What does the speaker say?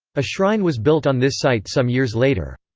a shrine was built on this site some years later.